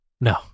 No